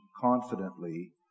confidently